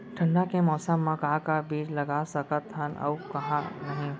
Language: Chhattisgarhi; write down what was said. ठंडा के मौसम मा का का बीज लगा सकत हन अऊ का नही?